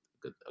good